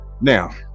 now